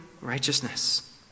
righteousness